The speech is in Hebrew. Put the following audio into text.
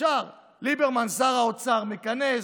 ישר, ליברמן, שר האוצר, מכנס,